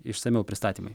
išsamiau pristatymai